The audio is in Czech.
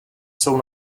jsou